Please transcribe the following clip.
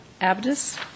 Abdus